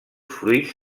fruits